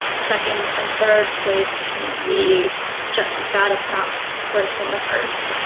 second and third waves can be just as bad if not worse than the first.